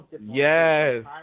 yes